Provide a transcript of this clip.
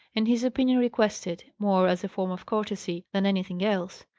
and his opinion requested more as a form of courtesy than anything else,